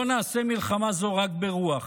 לא נעשה מלחמה זו רק ברוח,